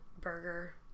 burger